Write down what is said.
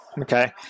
okay